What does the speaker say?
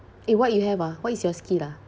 eh what you have ah what is your skill ah